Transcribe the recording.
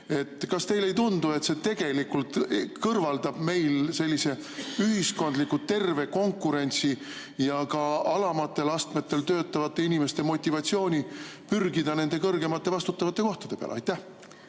Kas teile ei tundu, et see tegelikult kõrvaldab meil sellise ühiskondliku terve konkurentsi ja ka alamatel astmetel töötavate inimeste motivatsiooni pürgida kõrgemate vastutavate kohtade peale? Aitäh,